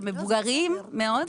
אבל הם מבוגרים מאוד.